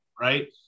Right